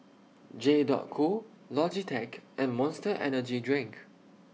J Dot Co Logitech and Monster Energy Drink